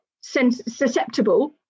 susceptible